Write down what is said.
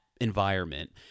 environment